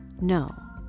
No